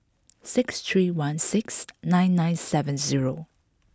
six three one six nine nine seven zero